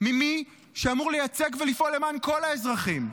ממי שאמור לייצג ולפעול למען כל האזרחים?